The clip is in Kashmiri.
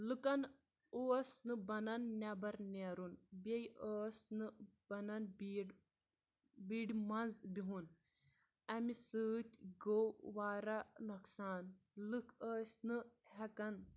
لُکن اوس نہٕ بَنان نیبَر نیرُن بیٚیہِ ٲسۍ نہٕ بَنان بیٖڈ بیٖڈِ منٛز بِہُن اَمہِ سۭتۍ گوٚو وارہ نۄقصان لُکھ ٲسۍ نہٕ ہٮ۪کان